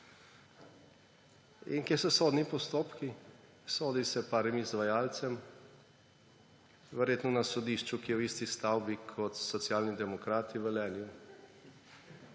In kje so sodni postopki? Sodi se nekaj izvajalcem, verjetno na sodišču, ki je v isti stavbi kot Socialni demokrati v Velenju.